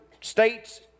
states